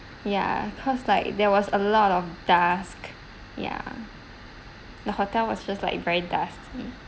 ya cause like there was a lot of dust yeah the hotel was just like very dusty